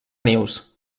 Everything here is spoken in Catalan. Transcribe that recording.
nius